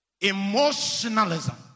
emotionalism